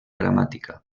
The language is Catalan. gramàtica